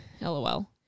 LOL